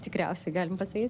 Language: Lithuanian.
tikriausiai galim pasakyt